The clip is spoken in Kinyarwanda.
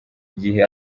igihe